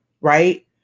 Right